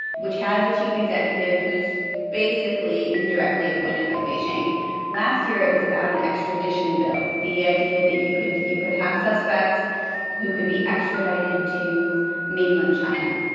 which has a chief executive who's basically indirectly appointed by beijing last year, it was about an extradition bill. the idea that you could you could have suspects who could be extradited to mainland china.